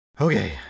Okay